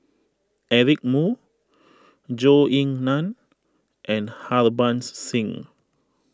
Eric Moo Zhou Ying Nan and Harbans Singh